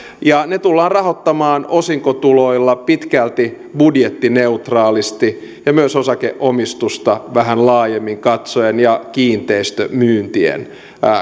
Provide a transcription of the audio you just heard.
ja ne tullaan rahoittamaan osinkotuloilla pitkälti budjettineutraalisti ja myös osake omistusta vähän laajemmin katsoen ja kiinteistömyyntien